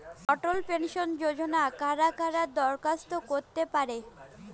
অটল pension যোজনায় কারা কারা দরখাস্ত করতে পারে?